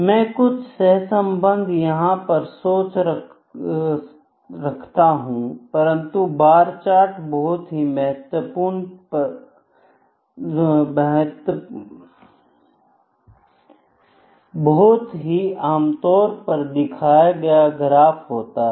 मैं कुछ सहसंबंध यहां पर सोच रखता हूं परंतु बार चार्ट बहुत ही आमतौर पर दिखाए गए ग्राफ होते हैं